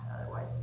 otherwise